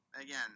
again